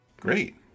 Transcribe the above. Great